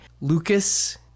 Lucas